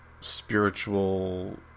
spiritual